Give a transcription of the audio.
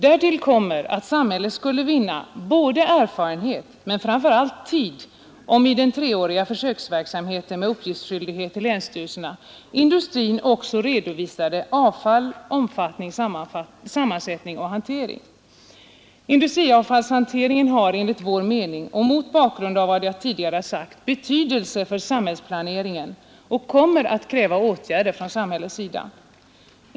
Därtill kommer att samhället skulle vinna både erfarenhet och framför allt tid, om i den treåriga försöksverksamheten med uppgiftsskyldighet till länsstyrelserna industrin också redovisade avfallets omfattning, sammansättning och hantering. Industriavfallshanteringen har enligt vår mening — det framgår av vad jag tidigare har sagt — betydelse för samhällsplaneringen och kommer att kräva åtgärder från samhällets sida.